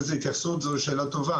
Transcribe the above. זוהי שאלה טובה.